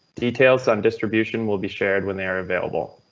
details on distribution will be shared when they are available.